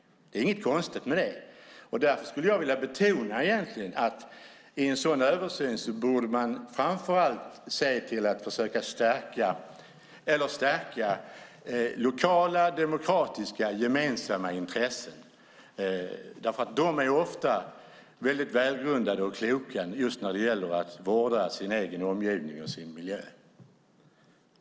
Det är inget konstigt med det. Därför skulle jag vilja betona att man i en sådan översyn borde se till att framför allt stärka lokala, demokratiska och gemensamma intressen. De är ofta välgrundade och kloka när det gäller att vårda sin egen omgivning och sin miljö.